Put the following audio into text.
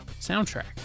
soundtrack